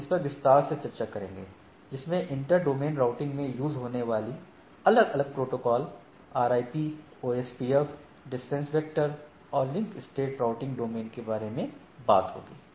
हम इस पर विस्तार से चर्चा करेंगे जिसमें इंटरडोमेन राउटिंग में यूज होने वाली अलग अलग protocol RIP OSPF distance vector और लिंक स्टेट राउटिंग डोमेन के बारे में बात होगी